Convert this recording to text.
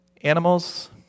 Animals